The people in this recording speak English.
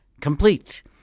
Complete